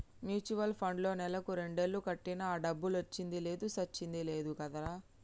mutual పండ్లో నెలకు రెండేలు కట్టినా ఆ డబ్బులొచ్చింది లేదు సచ్చింది లేదు కదరా